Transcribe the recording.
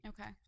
Okay